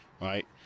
right